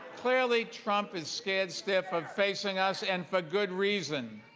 clearly trump is scared stiff of facing us and for good reason.